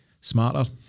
smarter